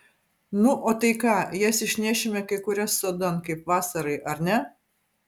nu o tai ką jas išnešime kai kurias sodan kaip vasarai ar ne